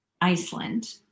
Iceland